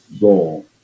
goal